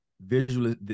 visual